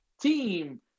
team